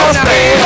stay